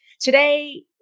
Today